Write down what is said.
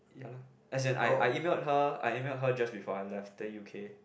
ya lah as in I I email her I email her just before I left the U_K